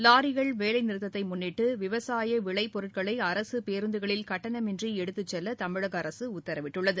லாரிகள் வேலைநிறுத்ததை முன்னிட்டு விவசாய விளை பொருட்களை அரசு பேருந்துகளில் கட்டணமின்றி எடுத்துச் செல்ல தமிழக அரசு உத்தரவிட்டுள்ளது